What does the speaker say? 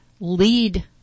lead